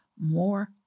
more